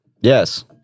Yes